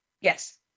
Yes